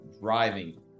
driving